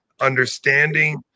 understanding